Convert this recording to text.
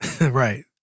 Right